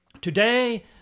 today